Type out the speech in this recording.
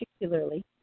particularly